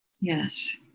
Yes